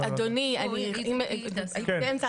אדוני, הייתי באמצע הדברים.